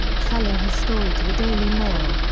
selling his story to the daily mail,